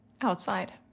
outside